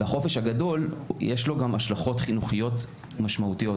לחופש הגדול יש גם השלכות חינוכיות משמעותיות,